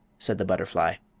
said the butterfly.